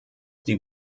die